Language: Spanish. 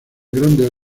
grandes